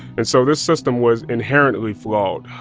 and so this system was inherently flawed.